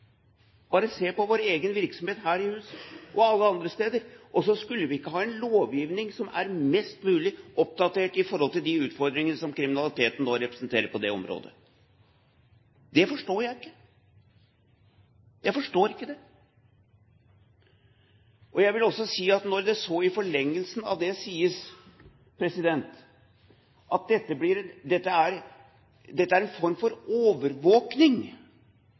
Bare se på vår egen virksomhet her i huset og alle andre steder, og så skulle ikke vi ha en lovgivning som er mest mulig oppdatert i forhold til de utfordringene som kriminaliteten nå representerer på det området! Det forstår jeg ikke. Jeg forstår ikke det. Jeg vil også si at når det i forlengelsen av det sies at dette er en form for overvåkning, som på en måte iallfall er spissen på en